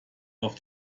auf